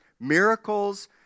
miracles